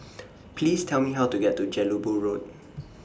Please Tell Me How to get to Jelebu Road